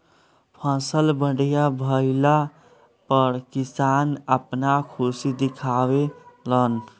फसल बढ़िया भइला पअ किसान आपन खुशी दिखावे लन